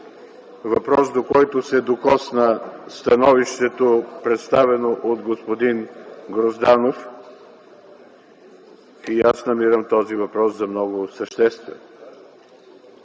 въпрос, до който се докосна становището, представено от господин Грозданов. Аз намирам този въпрос за много съществен.